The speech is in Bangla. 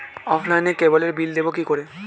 অফলাইনে ক্যাবলের বিল দেবো কি করে?